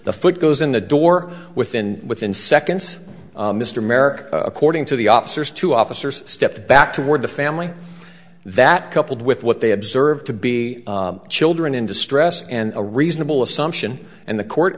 the foot goes in the door within within seconds mr merrick according to the officers two officers stepped back toward the family that coupled with what they observed to be children in distress and a reasonable assumption and the court